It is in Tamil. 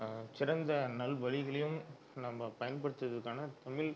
சிறந்த நல்வழிகளையும் நம்ம பயன்படுத்துவதற்கான தமிழ்